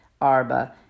Arba